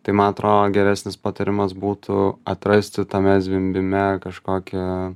tai man atrodo geresnis patarimas būtų atrasti tame zvimbime kažkokią